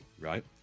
right